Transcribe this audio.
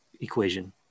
equation